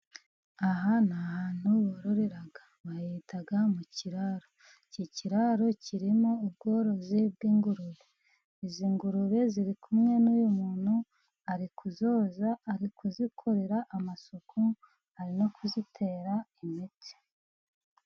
Aha ni ahantu barorera bahita mu kiraro, iki kiraro kirimo ubworozi bw'ingurube, izi ngurube ziri kumwe n'uyu muntu ari kuzoza ari kuzikorera amasuku ari no kuzitera imiti.